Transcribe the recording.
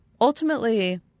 ultimately